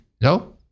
No